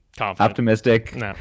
optimistic